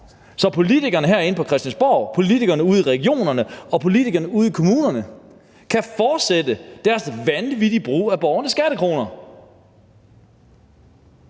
så politikerne herinde på Christiansborg, politikerne ude i regionerne og politikerne ude i kommunerne kan fortsætte deres vanvittige brug af borgernes skattekroner.